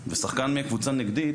ושחקן מקבוצה נגדית,